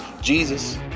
Jesus